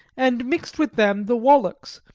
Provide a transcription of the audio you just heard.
and mixed with them the wallachs,